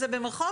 במירכאות,